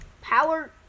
Power